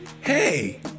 Hey